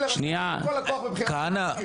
לרשות את כל הכוח מבחינת --- מה ההיגיון?